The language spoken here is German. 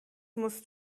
musst